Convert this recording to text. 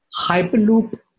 Hyperloop